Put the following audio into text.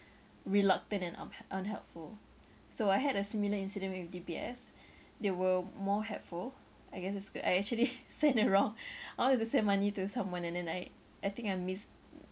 reluctant and unhel~ unhelpful so I had a similar incident with D_B_S they were more helpful I guess it's good I actually send the wrong I wanted to send money to someone and then I I think I miss